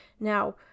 Now